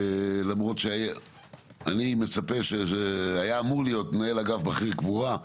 למרות שאני מצפה שזה היה אמור להיות מנהל אגף בכיר קבורה,